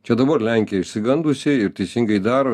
čia dabar lenkija išsigandusi ir teisingai daro